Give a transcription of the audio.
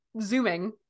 zooming